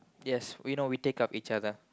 yes we know we take care of each other